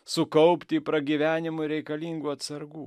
sukaupti pragyvenimui reikalingų atsargų